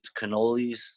cannolis